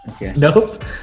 nope